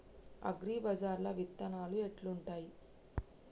అగ్రిబజార్ల విత్తనాలు ఎట్లుంటయ్?